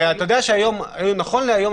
הרי אתה יודע שנכון להיום,